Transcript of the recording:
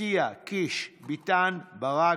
אתי עטייה, יואב קיש, דוד ביטן, קרן ברק,